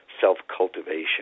self-cultivation